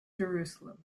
jerusalem